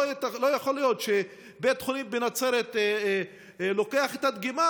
לא יכול להיות שבית חולים בנצרת לוקח את הדגימה